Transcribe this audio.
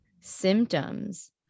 symptoms